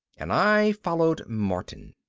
and i followed martin.